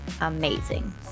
amazing